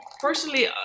personally